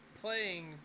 playing